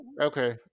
Okay